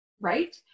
right